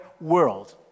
world